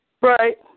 Right